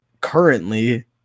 currently